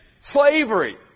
Slavery